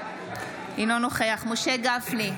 אינו נוכח משה גפני,